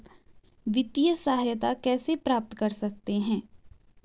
वित्तिय सहायता कैसे प्राप्त कर सकते हैं?